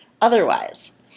otherwise